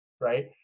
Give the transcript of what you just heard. right